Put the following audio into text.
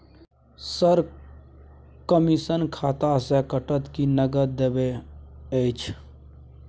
Sir, commission खाता से कटत कि नगद देबै के अएछ?